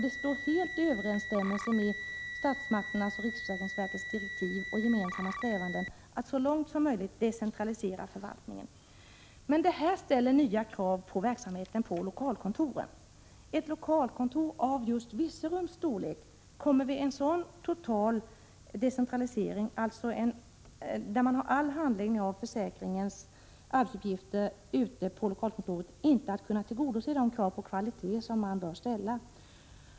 Det står helt i överensstämmelse med statsmakternas och riksförsäkringsverkets direktiv och deras gemensamma strävanden att så långt som möjligt decentralisera förvaltningen. Detta ställer emellertid nya krav på verksamheten vid lokalkontoren. Ett lokalkontor av Virserums storlek kommer vid en sådan total decentralisering av arbetsuppgifterna, vilken innebär att all handläggning av försäkringskassans arbetsuppgifter förläggs till lokalkontoren, inte att kunna tillgodose de krav på kvalitet som man bör ställa.